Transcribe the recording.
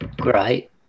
Great